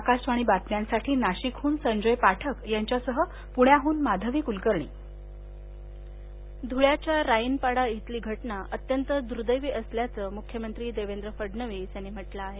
आकाशवाणी बातम्यांसाठी नाशिकहन संजय पाठक यांच्यासह पुण्याहन माधवी कुलकर्णी पुणे राईनपाडा धुळ्याच्या राईनपाडा इथली घटना अत्यंत दुर्दैवी असल्याचं मुख्यमंत्री देवेंद्र फडणवीस यांनी म्हटलं आहे